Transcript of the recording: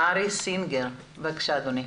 ארי סינגר בבקשה.